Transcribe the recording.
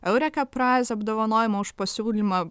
eureka praiz apdovanojimą už pasiūlymą